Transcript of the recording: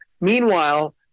Meanwhile